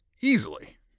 easily